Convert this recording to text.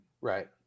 right